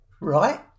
right